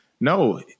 no